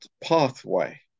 pathway